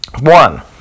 One